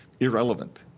irrelevant